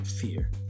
fear